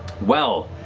well,